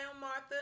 martha